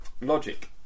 Logic